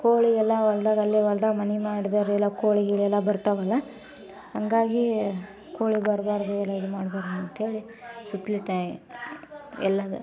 ಕೋಳಿ ಎಲ್ಲ ಹೊಲದಾಗಲ್ಲೇ ಹೊಲ್ದಾಗ ಮನೆ ಮಾಡ್ದೋರೆಲ್ಲ ಕೋಳಿ ಗಿಳಿ ಎಲ್ಲ ಬರ್ತಾವಲ್ಲ ಹಾಗಾಗಿ ಕೋಳಿ ಬರಬಾರ್ದು ಎಲ್ಲ ಇದ್ಮಾಡಬಾರದು ಅಂಥೇಳಿ ಸುತ್ತಲೂ ತೆ ಎಲ್ಲದು